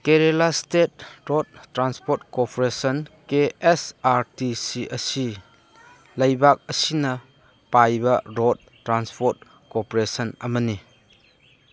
Kerala state road transport corporation K S R T C ꯑꯁꯤ ꯂꯩꯕꯥꯛ ꯑꯁꯤꯅ ꯄꯥꯏꯕ ꯔꯣꯠ ꯇ꯭ꯔꯥꯟꯁꯄꯣꯠ ꯀꯣꯔꯄꯔꯦꯁꯟ ꯑꯃꯅꯤ